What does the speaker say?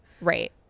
Right